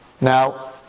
Now